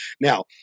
Now